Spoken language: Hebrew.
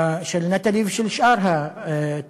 של נטלי ושל שאר התלמידים,